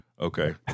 Okay